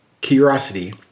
curiosity